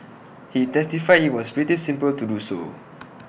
he testified IT was pretty simple to do so